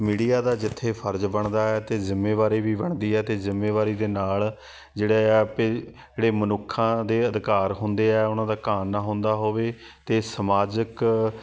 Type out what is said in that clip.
media ਦਾ ਜਿੱਥੇ ਫਰਜ਼ ਬਣਦਾ ਹੈ ਅਤੇ ਜ਼ਿੰਮੇਵਾਰੀ ਵੀ ਬਣਦੀ ਹੈ ਅਤੇ ਜ਼ਿੰਮੇਵਾਰੀ ਦੇ ਨਾਲ ਜਿਹੜਾ ਹੈ ਆਪੇ ਜਿਹੜੇ ਮਨੁੱਖਾਂ ਦੇ ਅਧਿਕਾਰ ਹੁੰਦੇ ਹੈ ਉਹਨਾਂ ਦਾ ਘਾਣ ਨਾ ਹੁੰਦਾ ਹੋਵੇ ਅਤੇ ਸਮਾਜਿਕ